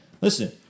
Listen